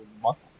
muscle